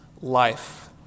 life